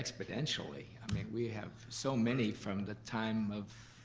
exponentially. i mean, we have so many from the time of,